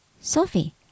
Sophie